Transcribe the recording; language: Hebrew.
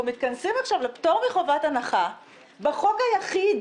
אנחנו מתכנסים עכשיו לפטור מחובת הנחה בחוק היחיד